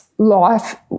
Life